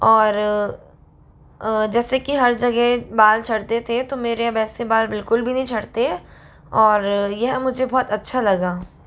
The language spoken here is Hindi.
और जैसे कि हर जगह बाल झड़ते थे तो मेरे वैसे बाल बिल्कुल भी नहीं झड़ते और यह मुझे बहुत अच्छा लगा